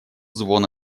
звон